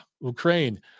Ukraine